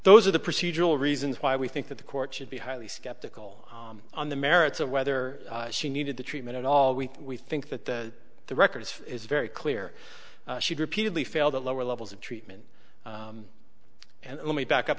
those are the procedural reasons why we think that the court should be highly skeptical on the merits of whether she needed the treatment at all we we think that the record is very clear she repeatedly failed at lower levels of treatment and let me back up